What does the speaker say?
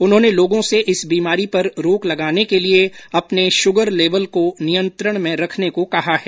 उन्होंने लोगों से इस बीमारी पर रोक लगाने के लिए अपने शुगर लेवल को नियंत्रण में रखने को कहा है